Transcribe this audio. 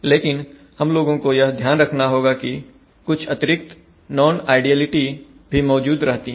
लेकिन हम लोगों को यह ध्यान रखना होगा कि कुछ अतिरिक्त नॉन आइडियलिटी भी मौजूद रहती हैं